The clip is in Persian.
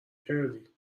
کردی